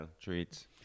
treats